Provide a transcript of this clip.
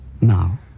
Now